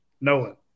Nolan